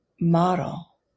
model